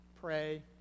pray